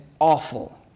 awful